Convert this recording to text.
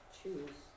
choose